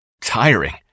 tiring